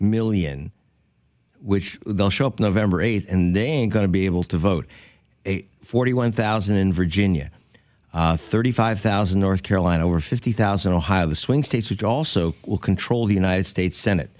million which they'll show up november eighth and they aren't going to be able to vote forty one thousand in virginia thirty five thousand north carolina over fifty thousand ohio the swing states which also will control the united states senate